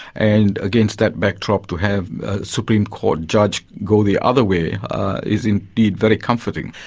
and against that backdrop to have a supreme court judge go the other way is indeed very comforting.